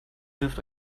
dürft